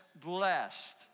blessed